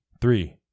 three